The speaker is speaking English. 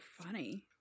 funny